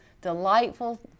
delightful